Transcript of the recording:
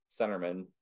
centerman